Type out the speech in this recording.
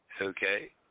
Okay